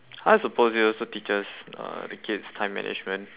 I suppose it also teaches uh the kids time management